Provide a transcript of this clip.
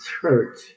church